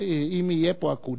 אם יהיה פה, אקוניס.